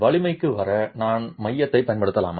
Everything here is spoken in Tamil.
வலிமைக்கு வர நான் மையத்தைப் பயன்படுத்தலாமா